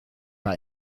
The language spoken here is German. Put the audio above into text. bei